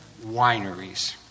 Wineries